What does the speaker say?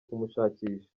kumushakisha